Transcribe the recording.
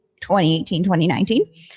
2018-2019